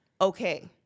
Okay